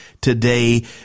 today